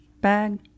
bag